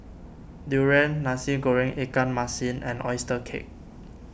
Durian Nasi Goreng Ikan Masin and Oyster Cake